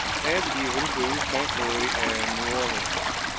and even to st. louis and new orleans.